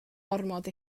ormod